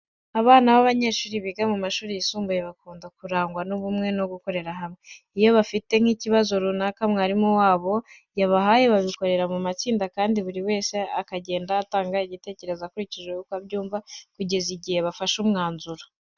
Abana b'abanyeshuri biga mu mashuri yisumbuye bakunda kurangwa n'ubumwe no gukorera hamwe. Iyo bafite nk'ibibazo runaka mwarimu wabo aba yabahaye babikorera mu matsinda kandi buri wese akagenda atanga igitekerezo akurikije uko abyumva kugeza igihe bafashe umwanzuro.